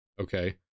Okay